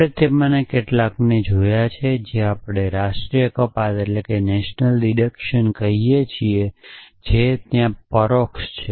આપણે તેમાંના કેટલાકને જોયું છે જેને આપણે નેશનલ ડીડકશન કહીએ છીએ જે ત્યાં પરોક્ષ છે